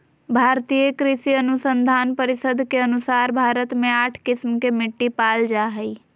भारतीय कृषि अनुसंधान परिसद के अनुसार भारत मे आठ किस्म के मिट्टी पाल जा हइ